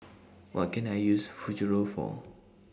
What Can I use Futuro For